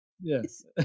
yes